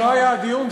עוד לא היה הדיון.